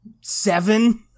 seven